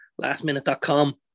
lastminute.com